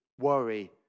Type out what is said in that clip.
worry